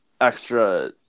extra